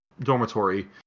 dormitory